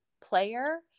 player